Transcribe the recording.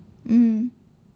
mmhmm